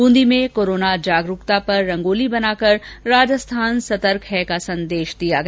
बुंदी में कोरोना जागरूकता पर रंगोली बनाकर राजस्थान सतर्क है का संदेश दिया गया